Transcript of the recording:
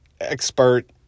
expert